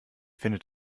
findet